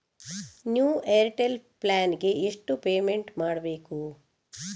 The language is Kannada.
ನ್ಯೂ ಏರ್ಟೆಲ್ ಪ್ಲಾನ್ ಗೆ ಎಷ್ಟು ಪೇಮೆಂಟ್ ಮಾಡ್ಬೇಕು?